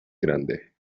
grande